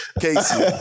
Casey